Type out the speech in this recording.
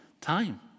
time